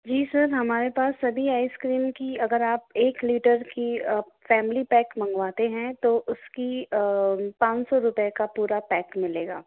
जी sir हमारे पास सभी आइसक्रीम की अगर आप एक लीटर की फ़ैमिली पैक मंगवाते है तो उसकी पाँच सौ रुपए का पूरा पैक मिलेगा